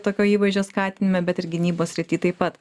tokio įvaizdžio skatinime bet ir gynybos srity taip pat